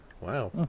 wow